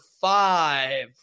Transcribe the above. five